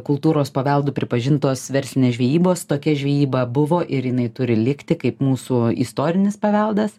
kultūros paveldu pripažintos verslinės žvejybos tokia žvejyba buvo ir jinai turi likti kaip mūsų istorinis paveldas